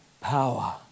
power